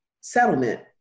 settlement